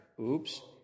Oops